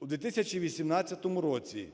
У 2018 році